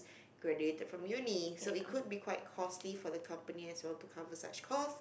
graduated from uni so it could be quite costly for the companies as well to cover such cost